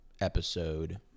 episode